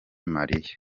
mariya